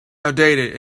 outdated